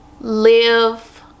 live